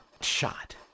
shot